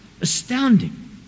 Astounding